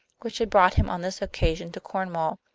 which had brought him on this occasion to cornwall.